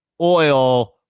oil